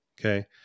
Okay